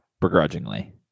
begrudgingly